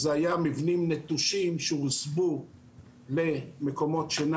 זה היה מבנים נטושים שהוסבו למקומות שינה.